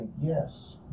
Yes